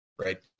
right